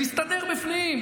נסתדר בפנים.